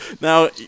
Now